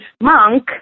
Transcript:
monk